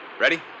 Ready